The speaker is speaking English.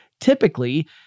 Typically